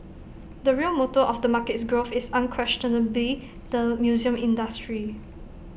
the real motor of the market's growth is unquestionably the museum industry